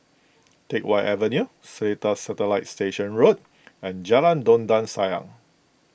Teck Whye Avenue Seletar Satellite Station Road and Jalan Dondang Sayang